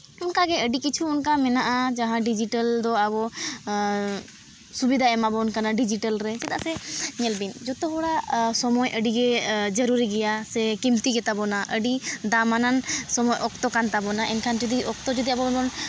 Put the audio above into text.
ᱚᱱᱠᱟᱜᱮ ᱟᱹᱰᱤ ᱠᱤᱪᱷᱩ ᱚᱱᱠᱟᱜᱮ ᱢᱮᱱᱟᱜᱼᱟ ᱡᱟᱦᱟᱸ ᱰᱤᱡᱤᱴᱟᱞ ᱫᱚ ᱟᱵᱚ ᱥᱩᱵᱤᱫᱷᱟᱭ ᱮᱢᱟᱵᱚᱱ ᱠᱟᱱᱟ ᱰᱤᱡᱤᱴᱟᱞ ᱨᱮ ᱪᱮᱰᱟᱜ ᱥᱮ ᱧᱮᱞᱵᱤᱱ ᱡᱚᱛᱚ ᱦᱚᱲᱟᱜ ᱥᱚᱢᱚᱭ ᱟᱹᱰᱤᱜᱮ ᱡᱟᱨᱩᱲᱤ ᱜᱮᱭᱟ ᱥᱮ ᱠᱤᱢᱛᱤ ᱜᱮᱛᱟ ᱵᱚᱱᱟ ᱟᱹᱰᱤ ᱫᱟᱢᱟᱱᱟᱱ ᱚᱠᱛᱚ ᱠᱟᱱ ᱛᱟᱵᱳᱱᱟ ᱮᱱᱠᱷᱟᱱ ᱡᱩᱫᱤ ᱚᱠᱛᱚ ᱵᱚᱱ